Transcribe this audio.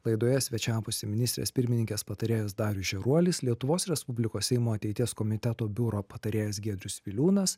laidoje svečiavosi ministrės pirmininkės patarėjas darius žeruolis lietuvos respublikos seimo ateities komiteto biuro patarėjas giedrius viliūnas